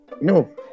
no